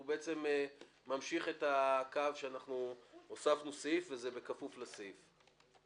הוא ממשיך את הקו שאנחנו הוספנו סעיף וזה בכפוף לסעיף.